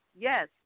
yes